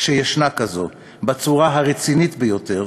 כשיש כזאת, בצורה הרצינית ביותר,